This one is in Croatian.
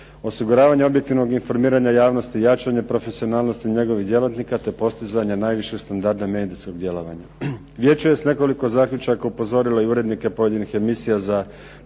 osiguravanja objektivnog informiranja javnosti, jačanje profesionalnosti njegovih djelatnika te postizanje najvišeg standarda medijskog djelovanja. Vijeće je s nekoliko zaključaka upozorilo i urednike pojedinih emisija za